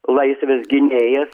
laisvės gynėjas